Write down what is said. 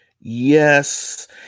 Yes